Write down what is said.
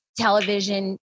television